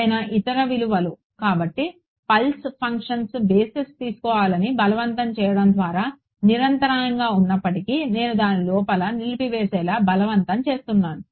ఏదైనా ఇతర విలువలు కాబట్టి ఫంక్షన్ పల్స్ బేసిస్ తీసుకోవాలని బలవంతం చేయడం ద్వారా నిరంతరాయంగా ఉన్నప్పటికీ నేను దానిని నిలిపివేసేలా బలవంతం చేస్తున్నాను